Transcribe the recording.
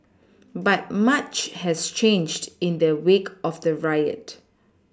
but much has changed in the wake of the riot